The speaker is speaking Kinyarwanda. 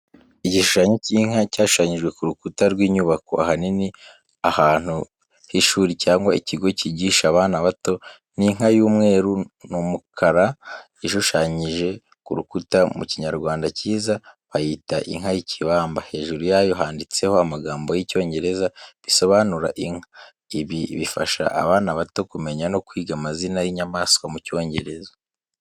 Igishushanyo cy’inka cyashushanyijwe ku rukuta rw’inyubako, ahanini ahantu h’ishuri cyangwa ikigo cyigisha abana bato. Ni inka y’umweru n’umukara, ishushanyije ku rukuta mu Kinyarwanda cyiza, bayita inka y'ikibamba. Hejuru yayo handitseho amagambo y’icyongereza bisobanura inka. Ibi bifasha abana bato kumenya no kwiga amazina y’inyamaswa mu Cyongereza.